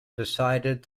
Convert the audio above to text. decided